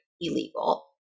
illegal